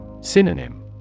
Synonym